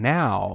now